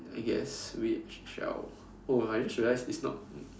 I guess we shall oh I just realized it's not